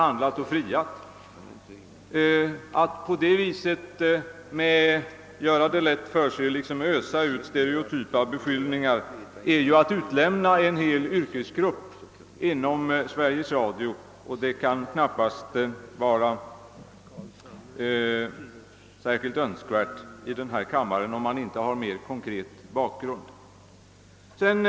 Att på det sätt som herr Carlshamre gör ösa ut stereotypa beskyllningar är ju detsamma som att utlämna en hel yrkesgrupp inom Sveriges Radio. Något sådant kan knappast vara önskvärt i denna kammare, såvida man inte har en mera konkret bakgrund för sina beskyllningar.